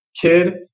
kid